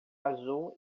azul